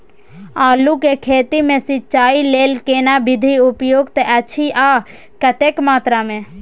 आलू के खेती मे सिंचाई लेल केना विधी उपयुक्त अछि आ कतेक मात्रा मे?